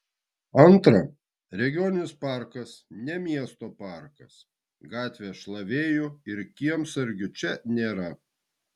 antra regioninis parkas ne miesto parkas gatvės šlavėjų ir kiemsargių čia nėra